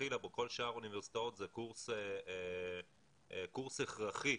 מלכתחילה בכל שאר האוניברסיטאות הוא קורס הכרחי,